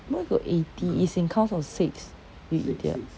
where got eighty it's in counts of six you idiot